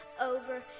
over